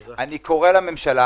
אני קורא לממשלה,